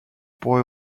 boy